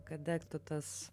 kad degtų tas